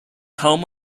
home